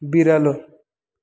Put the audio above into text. बिरालो